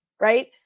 right